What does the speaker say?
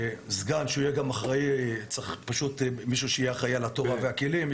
סגן שהוא יהיה גם אחראי גם על התורה והכלים,